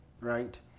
Right